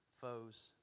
foes